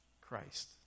Christ